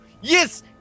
yes